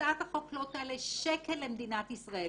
הצעת החוק לא תעלה שקל אחד למדינת ישראל